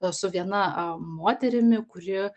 su viena moterimi kuri